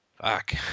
fuck